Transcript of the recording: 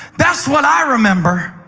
that's what i remember.